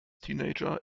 teenager